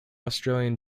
australian